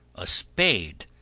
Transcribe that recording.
a spade,